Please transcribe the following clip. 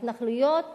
ההתנחלויות